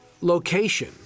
location